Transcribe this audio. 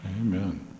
Amen